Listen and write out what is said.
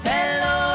Hello